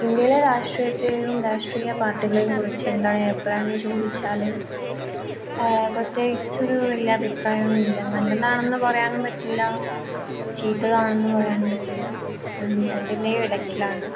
ഇന്ത്യയിലെ രാഷ്ട്രീയത്തെയും രാഷ്ട്രീയ പാർട്ടികളെയും കുറിച്ച് എന്താണ് അഭിപ്രായം എന്ന് ചോദിച്ചാൽ പ്രത്യേകിച്ചൊരു വലിയ അഭിപ്രായം ഒന്നും അല്ല നല്ലതാണെന്ന് പറയാനും പറ്റില്ല ചീത്തതാണെന്ന് പറയാനും പറ്റില്ല രണ്ടിൻ്റെയും ഇടയ്ക്കിലാണ്